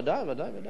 בוודאי, ודאי וודאי.